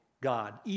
God